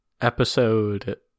episode